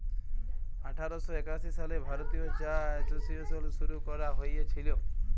আঠার শ একাশি সালে ভারতীয় চা এসোসিয়েশল শুরু ক্যরা হঁইয়েছিল